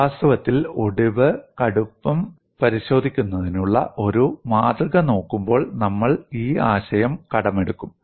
വാസ്തവത്തിൽ ഒടിവ് കടുപ്പം പരിശോധിക്കുന്നതിനുള്ള ഒരു മാതൃക നോക്കുമ്പോൾ നമ്മൾ ഈ ആശയം കടമെടുക്കും